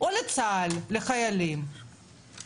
אז שימו לב,